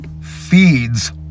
feeds